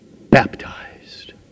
baptized